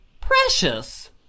Precious